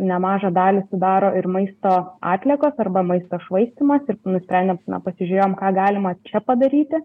nemažą dalį sudaro ir maisto atliekos arba maisto švaistymasa ir nusprendėm na pasižiūrėjom ką galima čia padaryti